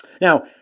Now